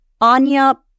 Anya